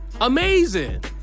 Amazing